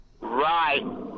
Right